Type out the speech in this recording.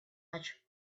much